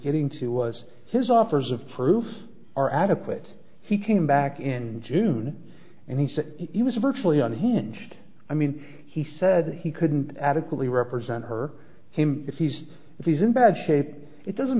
getting to was his offers of proof are adequate he came back in june and he said he was virtually on hand just i mean he said he couldn't adequately represent her him if he's if he's in bad shape it doesn't